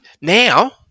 Now